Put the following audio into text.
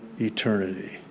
eternity